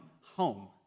home